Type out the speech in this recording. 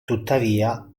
tuttavia